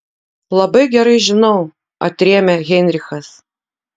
labai gerai žinau atrėmė heinrichas